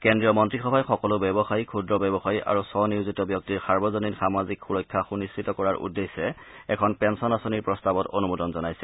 কেন্দ্ৰীয় মন্ত্ৰীসভাই সকলো ব্যৱসায়ী ক্ষুদ্ৰ ব্যৱসায়ী আৰু স্ব নিয়োজিত ব্যক্তিৰ সাৰ্বজনীন সামাজিক সুৰক্ষা সুনিশ্চিত কৰাৰ উদ্দেশ্যে এখন পেলন আঁচনিৰ প্ৰস্তাৱত অনুমোদন জনাইছে